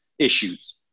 Issues